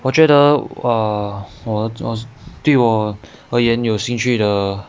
我觉得 err 我我对我而言有兴趣的